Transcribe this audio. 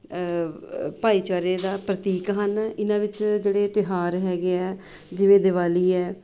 ਭਾਈਚਾਰੇ ਦਾ ਪ੍ਰਤੀਕ ਹਨ ਇਹਨਾਂ ਵਿੱਚ ਜਿਹੜੇ ਤਿਉਹਾਰ ਹੈਗੇ ਹੈ ਜਿਵੇਂ ਦੀਵਾਲੀ ਹੈ